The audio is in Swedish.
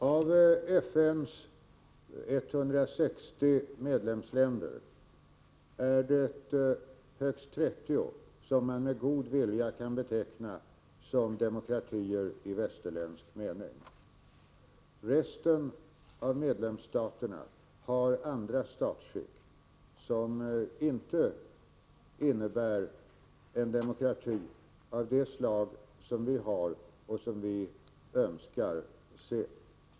Herr talman! AV FN:s ca 160 medlemsländer är det högst 30 som man med god vilja kan beteckna som demokratier i västerländsk mening. Resten av medlemsstaterna har andra statsskick som inte innebär en demokrati av det slag som vi har och som vi önskar se.